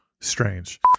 strange